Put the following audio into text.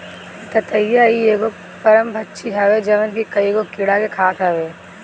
ततैया इ एगो परभक्षी हवे जवन की कईगो कीड़ा के खात हवे